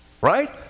right